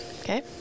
Okay